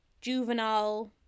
juvenile